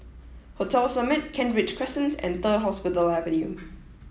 hotel Summit Kent Ridge Crescent and Third Hospital Avenue